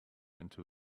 into